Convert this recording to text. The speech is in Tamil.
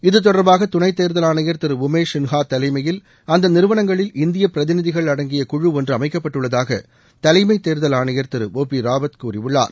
இது தொடர்பாக துணை தேர்தல் ஆணையர் திரு உமேஷ் சின்கா தலைமையில் அந்த நிறுவனங்களில் இந்திய பிரதிநிதிகள் அடங்கிய குழு ஒன்று அமைக்கப்பட்டுள்ளதாக தலைமை தேர்தல் ஆணையத் திரு ஓ பி ராவத் கூறியுள்ளார்